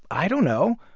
i don't know.